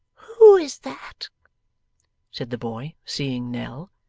who is that said the boy, seeing nell.